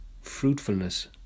fruitfulness